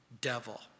devil